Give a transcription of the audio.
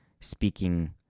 speaking